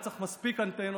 אתה צריך מספיק אנטנות,